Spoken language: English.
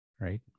right